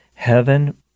Heaven